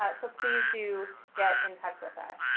ah so please do get in touch with us.